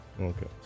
Okay